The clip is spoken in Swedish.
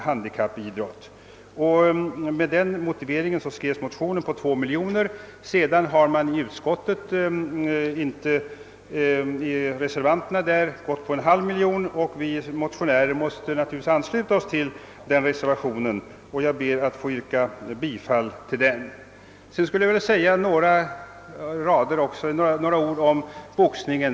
Med denna motivering skrevs alltså den motion i vilken begärdes en ytterligare höjning med 2 miljoner kronor utöver regeringens förslag. De borgerliga ledamöterna har nu reserverat sig för en höjning av anslaget med en halv miljon kronor, och vi motionärer måste naturligtvis ansluta oss till denna reservation. Jag ber därför att få yrka bifall till denna. Sedan skulle jag vilja säga några ord om boxningen.